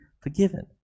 forgiven